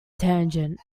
tangent